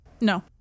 No